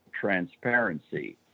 transparency